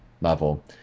level